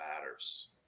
matters